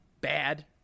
bad